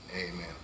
amen